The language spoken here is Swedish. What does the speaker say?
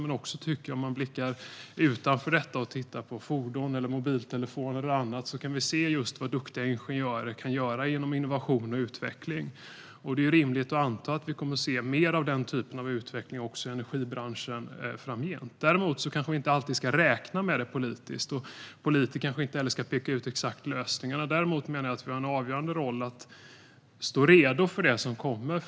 Men vi kan också blicka utanför detta och titta på fordon, mobiltelefoner eller annat. Då kan vi se just vad duktiga ingenjörer kan göra genom innovation och utveckling. Det är rimligt att anta att vi kommer att se mer av den typen av utveckling också i energibranschen framgent. Däremot kanske vi inte alltid ska räkna med det politiskt. Politiker kanske inte heller ska peka ut exakta lösningar. Men jag menar att vi har en avgörande roll att stå redo för det som kommer.